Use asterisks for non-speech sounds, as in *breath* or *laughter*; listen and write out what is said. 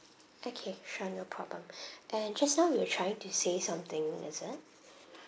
okay sure no problem *breath* and just now you were trying to say something is it